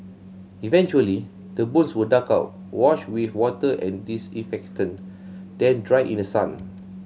eventually the bones were dug out washed with water and disinfectant then dried in the sun